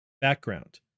Background